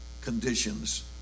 conditions